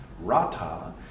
Rata